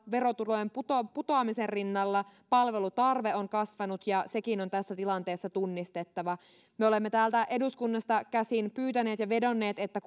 verotulojen putoamisen rinnalla palvelutarve on kasvanut ja sekin on tässä tilanteessa tunnistettava me olemme täältä eduskunnasta käsin pyytäneet ja vedonneet että